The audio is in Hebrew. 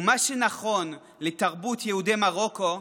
ומה שנכון לתרבות יהודי מרוקו,